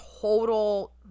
total